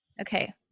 okay